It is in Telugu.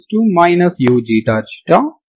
gx00 కూడా సంతృప్తి చెందుతుంది